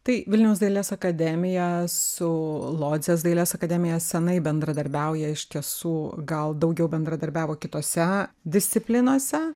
tai vilniaus dailės akademija su lodzės dailės akademija senai bendradarbiauja iš tiesų gal daugiau bendradarbiavo kitose disciplinose